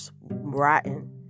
rotten